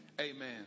Amen